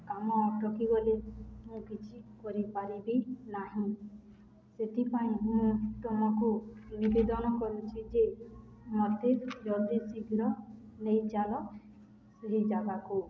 କାମ ଅଟକି ଗଲେ ମୁଁ କିଛି କରିପାରିବି ନାହିଁ ସେଥିପାଇଁ ମୁଁ ତୁମକୁ ନିବେଦନ କରୁଛିି ଯେ ମୋତେ ଜଲ୍ଦି ଶୀଘ୍ର ନେଇ ଚାଲ ସେହି ଜାଗାକୁ